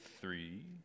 three